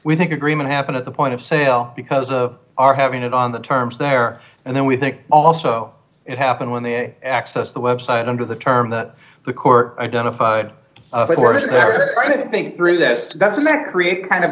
we think agreement happened at the point of sale because of our having it on the terms there and then we think also it happened when they access the web site under the terms that the court identified if i didn't think through this doesn't that create kind of